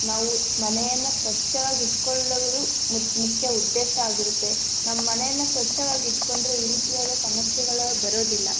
ನಾವು ಮನೆಯನ್ನು ಸ್ವಚ್ಚವಾಗಿ ಇಟ್ಕೊಳ್ಳುವುದು ಮುಖ್ಯ ಉದ್ದೇಶಾಗಿರುತ್ತೆ ನಮ್ಮ ಮನೆಯನ್ನು ಸ್ವಚ್ಚವಾಗಿ ಇಟ್ಕೊಂಡ್ರೆ ಈ ರೀತಿಯಾದ ಸಮಸ್ಯೆಗಳು ಬರೋದಿಲ್ಲ